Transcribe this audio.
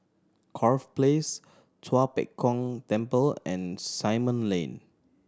Corfe Place Tua Pek Kong Temple and Simon Lane